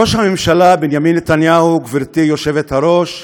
ראש הממשלה בנימין נתניהו, גברתי היושבת-ראש,